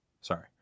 Sorry